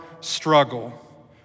struggle